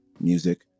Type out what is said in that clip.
music